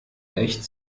echt